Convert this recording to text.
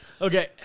Okay